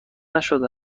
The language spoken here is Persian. نشده